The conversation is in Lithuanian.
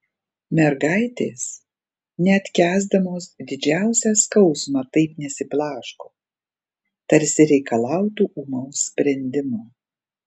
mergaitės net kęsdamos didžiausią skausmą taip nesiblaško tarsi reikalautų ūmaus sprendimo